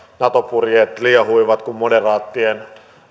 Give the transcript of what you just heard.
nato purjeet liehuivat kuin moderaattien